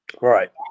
Right